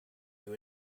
you